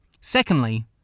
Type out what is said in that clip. Secondly